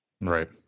right